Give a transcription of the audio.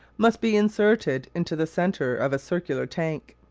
must be inserted into the centre of a circular tank.